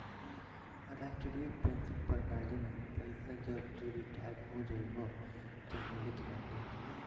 राष्ट्रीय पेंशन प्रणाली में पईसा जब तू रिटायर हो जइबअ तअ मिलत बाटे